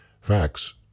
facts